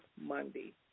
Monday